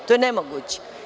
To je nemoguće.